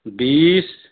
बीस